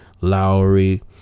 Lowry